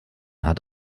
hat